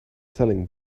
selling